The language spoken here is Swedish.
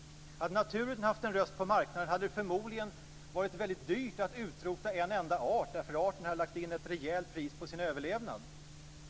Hade naturen haft en röst på marknaden så hade det förmodligen varit väldigt dyrt att utrota en enda art, därför att arten hade lagt in ett rejält pris på sin överlevnad.